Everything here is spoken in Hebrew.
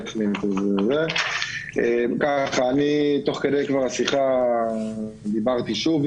גם מד"א וגם איכילוב נערכים עם צוותי